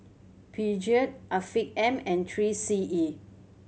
Peugeot Afiq M and Three C E